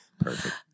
Perfect